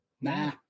Nah